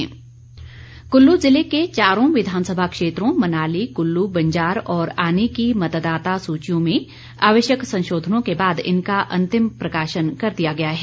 मतदाता सूची कुल्लू जिले कें चारों विधानसभा क्षेत्रों मनाली कुल्लू बंजार और आनी की मतदाता सूचियों में आवश्यक संशोधनों के बाद इनका अंतिम प्रकाशन कर दिया गया है